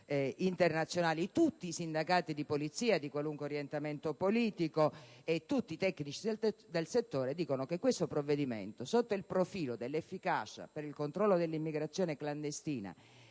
tutti i sindacati di polizia, di qualunque orientamento politico, e tutti i tecnici del settore affermano che questo provvedimento, sotto il profilo dell'efficacia del controllo dell'immigrazione clandestina,